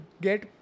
get